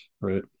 right